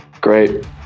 Great